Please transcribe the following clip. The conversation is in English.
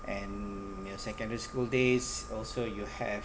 and your secondary school days also you have